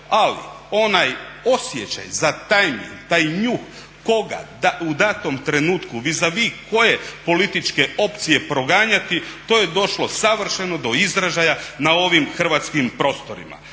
ali onaj osjećaj za tajming, taj njuh koga u datom trenutku vizavi koje političke opcije proganjati to je došlo savršeno do izražaja na ovim hrvatskim prostorima,